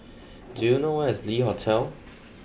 do you know where is Le Hotel